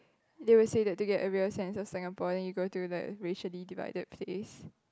they will say that to get a real sense of Singapore then you go to the racially divided place